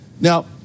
now